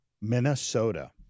Minnesota